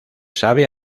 sabe